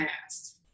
past